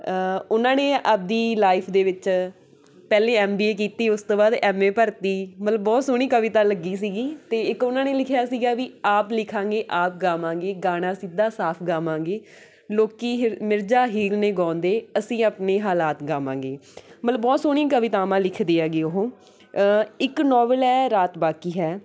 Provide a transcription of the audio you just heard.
ਉਹਨਾਂ ਨੇ ਆਪਣੀ ਲਾਈਫ਼ ਦੇ ਵਿੱਚ ਪਹਿਲੇ ਐੱਮ ਬੀ ਏ ਕੀਤੀ ਉਸ ਤੋਂ ਬਾਅਦ ਐੱਮ ਏ ਭਰਤੀ ਮਤਲਬ ਬਹੁਤ ਸੋਹਣੀ ਕਵਿਤਾ ਲੱਗੀ ਸੀਗੀ ਅਤੇ ਇੱਕ ਉਹਨਾਂ ਨੇ ਲਿਖਿਆ ਸੀਗਾ ਵੀ ਆਪ ਲਿਖਾਂਗੇ ਆਪ ਗਾਵਾਂਗੇ ਗਾਣਾ ਸਿੱਧਾ ਸਾਫ਼ ਗਾਵਾਂਗੇ ਲੋਕ ਹ ਮਿਰਜ਼ਾ ਹੀਰ ਨੇ ਗਾਉਂਦੇ ਅਸੀਂ ਆਪਣੇ ਹਾਲਾਤ ਗਾਵਾਂਗੇ ਮਤਲਬ ਬਹੁਤ ਸੋਹਣੀਆਂ ਕਵਿਤਾਵਾਂ ਲਿਖਦੇ ਹੈਗੇ ਉਹ ਇੱਕ ਨੋਵਲ ਹੈ ਰਾਤ ਬਾਕੀ ਹੈ